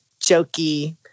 jokey